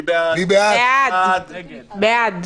בעד.